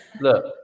Look